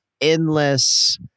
endless